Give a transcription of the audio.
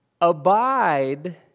abide